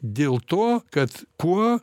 dėl to kad kuo